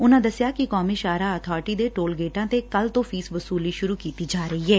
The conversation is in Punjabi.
ਉਨੂਂ ਦੱਸਿਆ ਕਿ ਕੌਮੀ ਸ਼ਾਹਰਾਹ ਅਥਾਰਟੀ ਦੇ ਟੋਲ ਗੇਟਾਂ ਤੇ ਕੱਲੂ ਤੋਂ ਫੀਸ ਵਸੂਲੀ ਸ਼ੁਰੂ ਕੀਤੀ ਜਾ ਰਹੀ ਏ